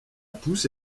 pousse